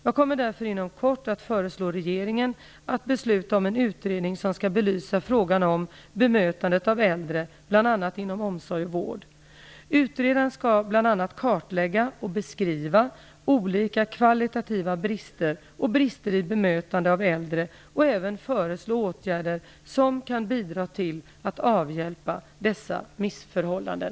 Jag kommer därför inom kort att föreslå regeringen att besluta om en utredning som skall belysa frågan om bemötandet av äldre inom omsorg och vård. Utredaren skall bl.a. kartlägga och beskriva olika kvalitativa brister och brister i bemötande av äldre och även föreslå åtgärder som kan bidra till att avhjälpa dessa missförhållanden.